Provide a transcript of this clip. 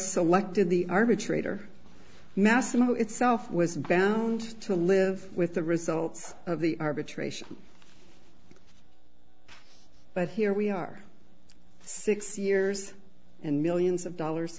the arbitrator massimo itself was bound to live with the results of the arbitration but here we are six years and millions of dollars